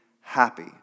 happy